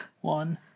One